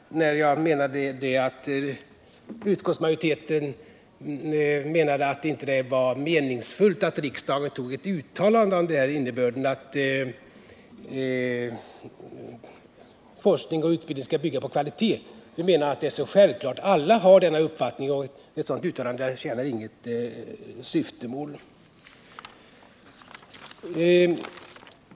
Jag menade att utskottsmajoriteten ansåg att det inte var meningsfullt att riksdagen gjorde ett uttalande av innebörden att forskning och utbildning skall bygga på kvalitet. Vi menar att detta är självklart, att alla har den uppfattningen och att ett sådant uttalande därför inte tjänar något syfte.